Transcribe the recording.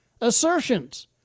assertions